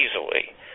easily